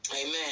amen